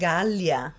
Gallia